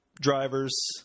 drivers